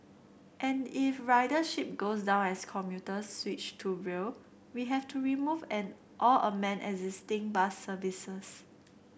and if ridership goes down as commuters switch to rail we have to remove and or amend existing bus services